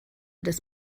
des